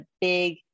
big